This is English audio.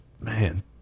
man